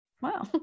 wow